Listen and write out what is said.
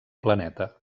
planeta